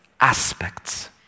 aspects